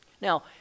Now